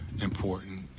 important